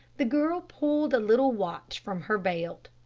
the girl pulled a little watch from her belt.